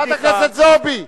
חברת הכנסת זועבי.